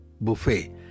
buffet